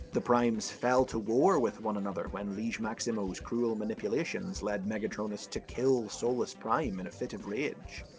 the primes fell to war with one another when liege maximo's cruel manipulations led megatronus to kill solus prime in a fit of rage.